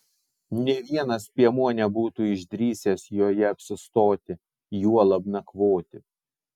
nė vienas piemuo nebūtų išdrįsęs joje apsistoti juolab nakvoti